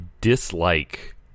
dislike